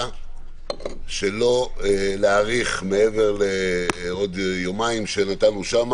שלא להאריך מעבר לעוד יומיים שנותרו לנו שם